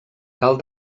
cal